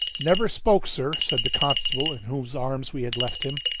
never spoke, sir, said the constable in whose arms we had left him.